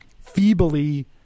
feebly